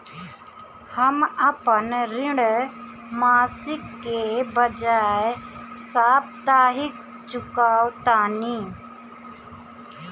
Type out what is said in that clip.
हम अपन ऋण मासिक के बजाय साप्ताहिक चुकावतानी